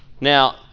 now